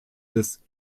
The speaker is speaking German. des